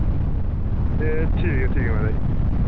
ए ठीक ऐ ठीक ऐ माराज